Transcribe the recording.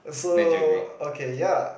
so okay ya